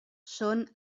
són